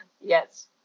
Yes